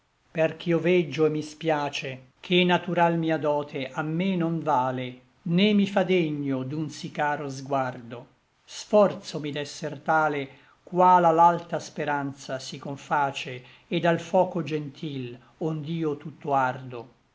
aspetto perch'io veggio et mi spiace che natural mia dote a me non vale né mi fa degno d'un sí caro sguardo sforzomi d'esser tale qual a l'alta speranza si conface et al foco gentil ond'io tutt'ardo